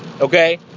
Okay